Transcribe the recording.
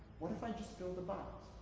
what if i just build a box?